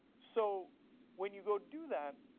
so when you go do that,